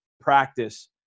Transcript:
practice